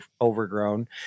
overgrown